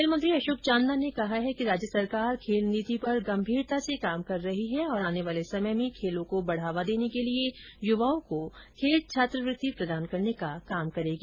खेल मंत्री अशोक चांदना ने कहा है कि राज्य सरकार खेल नीति पर गंभीरता से काम कर रही है और आने वाले समय में खेलों को बढ़ावा देने के लिए युवाओं को खेल छात्रवृत्ति प्रदान करने का काम करेगी